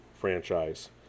franchise